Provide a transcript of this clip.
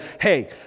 Hey